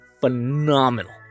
phenomenal